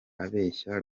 abeshya